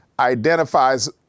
identifies